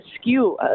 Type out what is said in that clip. skew